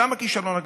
שם הכישלון הגדול.